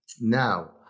Now